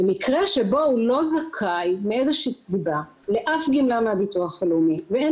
ברגע שהוא יימצא זכאי לדמי הבטחת הכנסה הוא לא יצטרך לשלם מההון שאין